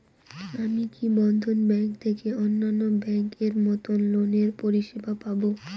আমি কি বন্ধন ব্যাংক থেকে অন্যান্য ব্যাংক এর মতন লোনের পরিসেবা পাব?